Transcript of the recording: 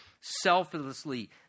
selflessly